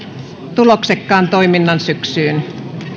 tuloksekkaan toiminnan syksyyn